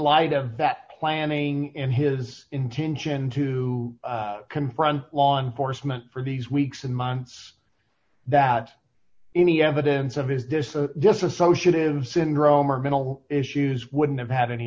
light of that planning and his intention to confront law enforcement for these weeks and months that any evidence of his distance this associative syndrome or mental issues wouldn't have had any